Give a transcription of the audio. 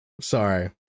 Sorry